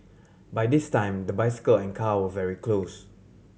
by this time the bicycle and car were very close